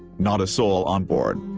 not a soul onboard.